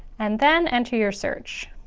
and then enter your search.